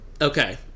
Okay